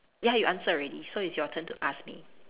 ya you answered already so it's your turn to ask me